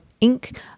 ink